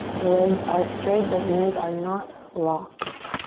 legs are straight, but knees are not locked.